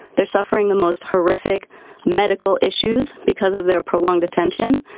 they're suffering the most horrific medical issues because of their prolonged detention.